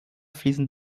fließen